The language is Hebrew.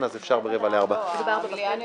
המליאה נדחתה.